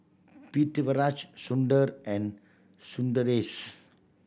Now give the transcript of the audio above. Pritiviraj Sundar and Sundaresh